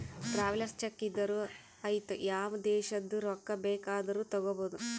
travellers cheque ಇದ್ದೂರು ಐಯ್ತ ಯಾವ ದೇಶದು ರೊಕ್ಕಾ ಬೇಕ್ ಆದೂರು ತಗೋಬೋದ